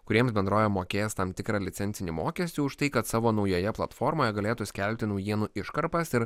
kuriems bendrovė mokės tam tikrą licencinį mokestį už tai kad savo naujoje platformoje galėtų skelbti naujienų iškarpas ir